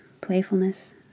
playfulness